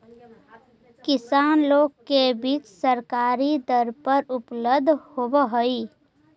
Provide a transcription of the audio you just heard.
किसान लोग के बीज सरकारी दर पर उपलब्ध होवऽ हई